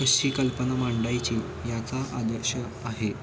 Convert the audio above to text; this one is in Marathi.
कशी कल्पना मांडायची याचा आदर्श आहे